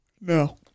No